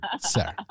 Sir